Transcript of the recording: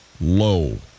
low